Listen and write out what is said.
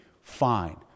fine